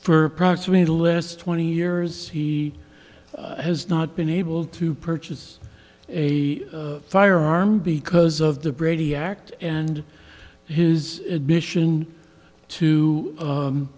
for approximate the last twenty years he has not been able to purchase a firearm because of the brady act and his admission to